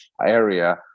area